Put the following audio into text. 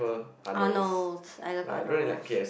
Arnold's I love Arnold's